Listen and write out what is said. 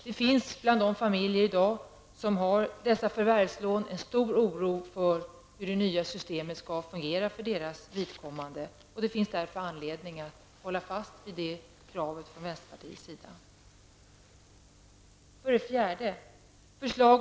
Det finns bland de familjer som i dag har dessa förvärvslån en stor oro för hur det nya systemet skall fungera för deras vidkommande. Det finns därför anledning att hålla fast vid det kravet från vänsterpartiets sida.